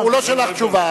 הוא לא שלח תשובה.